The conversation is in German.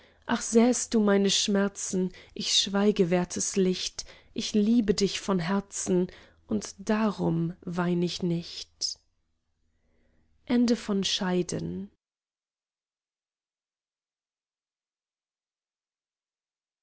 ach säh'st du meine schmerzen ich schweige wertes licht ich liebe dich von herzen und darum wein ich nicht